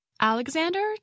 Alexander